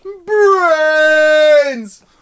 Brains